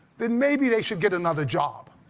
then maybe they should get another job.